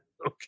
Okay